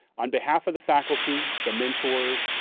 on behalf of the faculty, the mentors,